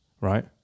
right